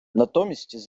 натомість